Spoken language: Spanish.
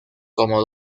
como